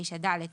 9ד,